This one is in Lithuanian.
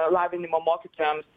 lavinimo mokytojams